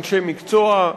אנשי מקצוע,